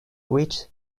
which